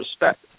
respect